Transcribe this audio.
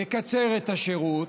לקצר את השירות,